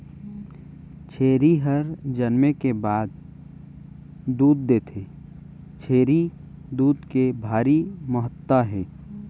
छेरी हर जनमे के बाद दूद देथे, छेरी दूद के भारी महत्ता हे